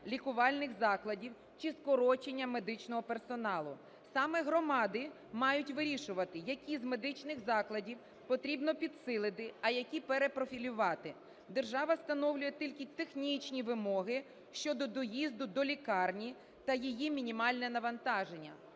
лікувальних закладів чи скорочення медичного персоналу. Саме громади мають вирішувати, які з медичних закладів потрібно підсилити, а які перепрофілювати. Держава встановлює тільки технічні вимоги щодо доїзду до лікарні та її мінімальне навантаження.